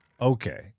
Okay